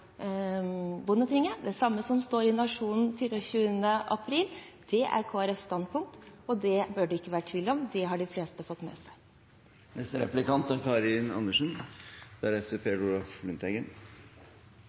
Bondetinget, og det samme som står i Nationen 24. april. Det er Kristelig Folkepartis standpunkt, og det bør det ikke være tvil om. Det har de fleste fått med seg. Spørsmålet er